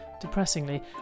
depressingly